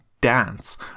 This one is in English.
dance